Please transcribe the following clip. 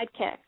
sidekick